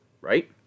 right